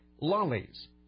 lollies